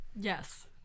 yes